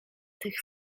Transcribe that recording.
tych